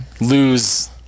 lose